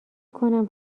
کنم